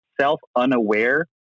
self-unaware